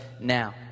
now